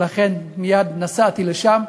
ולכן מייד נסעתי לשם,